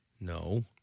No